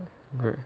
!huh!